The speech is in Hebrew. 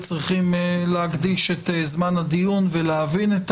צריכים להקדיש את זמן הדיון ולהבין את